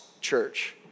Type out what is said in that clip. church